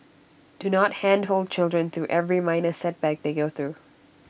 do not handhold children through every minor setback they go through